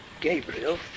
Gabriel